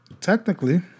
technically